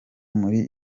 muri